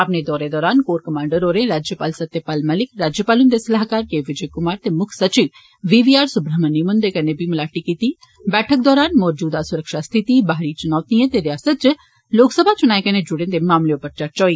अपने दोरे दोरान कोर कमांडर होरें राज्यपाल सत्यपाल मलिक राज्यपाल हुन्दे सलाहकार के विजस कुमार ते मुक्ख सचिव बी वी आर सुब्रहमन्यम हुन्दे कन्नै मलाटी कीत्ती बैठक दोरान मोजूदा सुरक्षा सिीति बाहरी चुनौतिएं ते रियासत इच लोक सीभा चुनाएं कन्नै जुड़े दे मामले उप्पर चर्चा होई